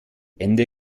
ende